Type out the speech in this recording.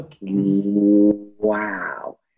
wow